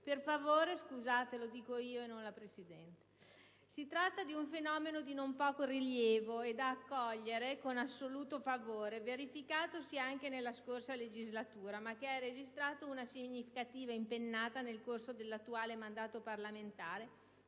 Per favore, scusate! (Lo dico io e non la Presidente). Si tratta di un fenomeno di non poco rilievo, e da accogliere con assoluto favore, verificatosi anche nella scorsa legislatura, ma che ha registrato una significativa impennata nel corso dell'attuale, come può evincersi